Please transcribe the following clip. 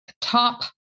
top